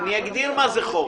אני אגדיר מה זה חוב.